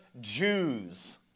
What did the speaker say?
Jews